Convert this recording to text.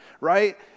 right